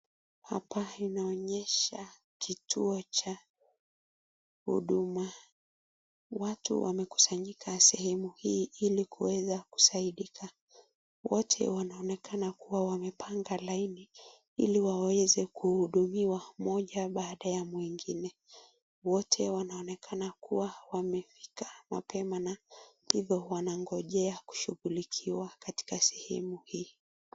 Hapa inaonyesha kituo cha huduma, watu wamekusanyika sehemu hii ili kuweza kusaidika. Wote wanaonekana kuwa wamepanga laini ili waweze kuhudumiwa moja baada ya mwingine. Wote wanaonekana kuwa wamefika mapema na hivo wanangojea kushughulikiwa katika sehemu hii.